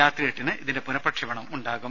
രാത്രി എട്ടിന് ഇതിന്റെ പുന പ്രക്ഷേപണം ഉണ്ടാവും